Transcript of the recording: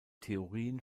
theorien